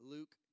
Luke